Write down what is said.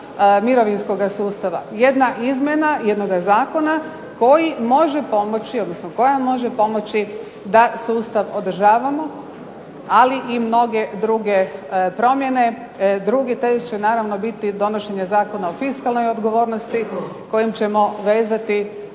mirovinskoga sustava, jedna izmjena jednoga zakona koji može pomoći, odnosno koja može pomoći da sustav održavamo, ali i mnoge druge promjene. Drugi test će naravno biti donošenje Zakona o fiskalnoj odgovornosti kojim ćemo vezati